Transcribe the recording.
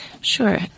Sure